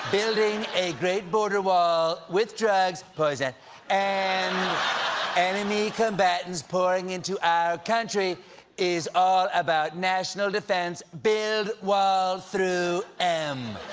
building a great border wall, ah with drugs poison and enemy combatants pouring into our country is all about national defense. build wall through m!